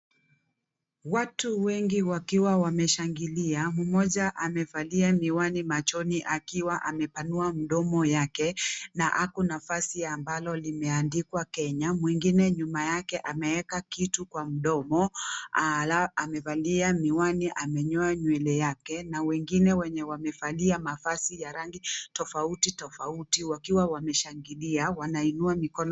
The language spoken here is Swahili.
Watu wengi wakiwa wameshangilia, mmoja amevalia miwani machoni akiwa amepanua mdomo yake na ako na vazi ambalo limeandikwa Kenya. Mwingine nyuma yake ameweka kitu kwa mdomo, amevalia miwani amenyoa nywele yake na wengine wenye wamevalia mavazi ya rangi tofauti tofauti wakiwa wameshangilia na wanainua mikono...